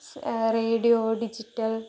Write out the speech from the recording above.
radio digital